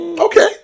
okay